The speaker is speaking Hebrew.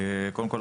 קודם כול,